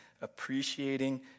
appreciating